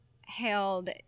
held